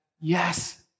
yes